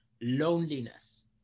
loneliness